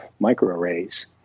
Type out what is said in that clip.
microarrays